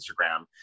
Instagram